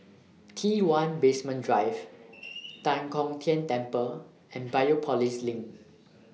T one Basement Drive Tan Kong Tian Temple and Biopolis LINK